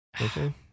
Okay